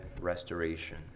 restoration